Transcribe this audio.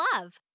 love